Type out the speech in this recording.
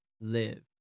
live